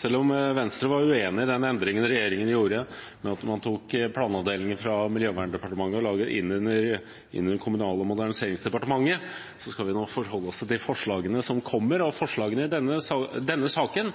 Selv om Venstre var uenig i endringen regjeringen gjorde, ved at man tok planavdelingen fra Miljøverndepartementet og la den inn under Kommunal- og moderniseringsdepartementet, skal vi nå forholde oss til de forslagene som kommer. Og forslagene i denne saken